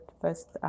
first